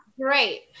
great